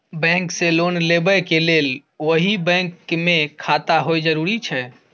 Bank से loan लेबै के लेल वही बैंक मे खाता होय जरुरी छै?